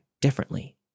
differently